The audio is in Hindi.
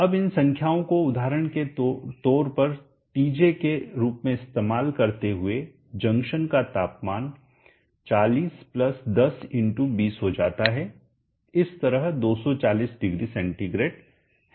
अब इन संख्याओं को उदाहरण के तौर पर टीजे के रूप में इस्तेमाल करते हुए जंक्शन का तापमान 40 10 20 हो जाता है इस तरह 2400C है